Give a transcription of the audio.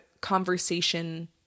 conversation